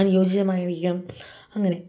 അനുോജ്യമായിരിക്കാം അങ്ങനെ